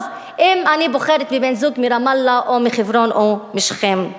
אם אני בוחרת בן-זוג מרמאללה או מחברון או משכם.